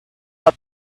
out